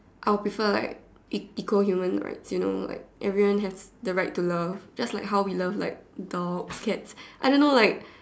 I'll prefer like equal humans right you know like everyone have the right to love just like how we love like dogs cats I don't know like